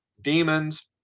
demons